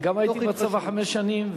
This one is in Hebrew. גם אני הייתי בצבא חמש שנים,